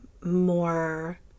more